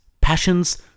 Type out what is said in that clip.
passions